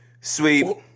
sweet